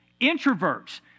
Introverts